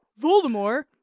Voldemort